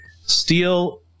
Steel